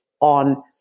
on